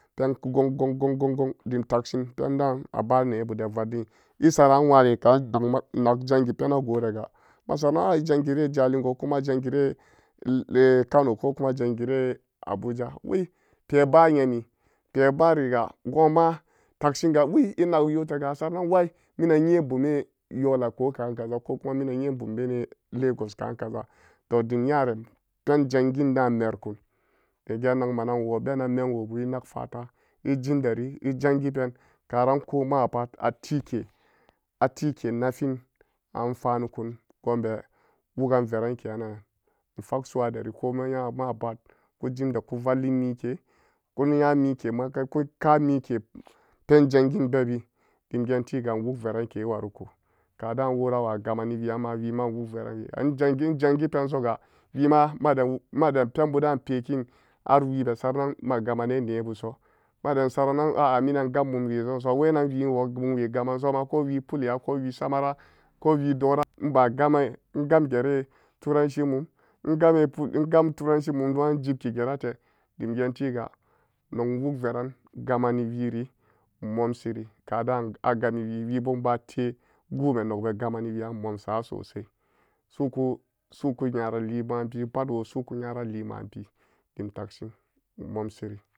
Penku gong-gong-gong-gong dim takshin pendaan aba nebu de vallin esaraan wane kaan nak jangi pena gorega emasaran ai jangibe jalingo kuma jangire eh kano kokuma jangire abuja peba nyami pebariga goon ma takshinga wai enak yotaga asara nan wai minan nyen bume yola ko kaza ko kuma minan nyen bumbene lagos ka'an kaza to dim nyare pen jangin da'an merikun egeen nakma nan enwo benan memwobu enak fata ejimderi ejangi pen karaan ko mapa atike, atike nafin a amfani kun be wugan veran ke ananan efag su'a deri komin nya mapat ku jimdeku valli mike ku nya mike ku nyamike maka kuka'a mike penjangin bebi dim geentiga enwug veranke wariko ko daan wora wagaman weion ma wiima enwug verano enjangi ejangi pensoga wema maden penbu da'an pekin har wibe saran-nan magamane nebuso maden saranan a'a miran gam mumme beenso wenan wenan we enwo mumwe gamansoma kowil palia ko wii samara ko wii dora enba game engam gere turanci mum engame, egam turanci mum engame turanci mum gong ejipki gerate dim geenti ga nong wuge veran gamani wiri enmomsiri kadaan agammiwi webe enbate gwume nogbe gamani wiian enmomsa sosai su'uka su'uku nyara lien ma bien dim tagshin en momsiri.